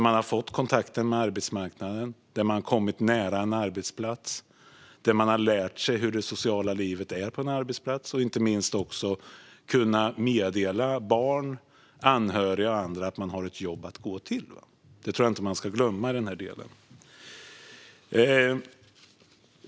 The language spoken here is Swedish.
Man har fått kontakt med arbetsmarknaden, kommit nära en arbetsplats, lärt sig hur det sociala livet är på en arbetsplats och inte minst kunnat meddela barn och anhöriga och andra att man har ett jobb att gå till. Det tycker jag inte att vi ska glömma.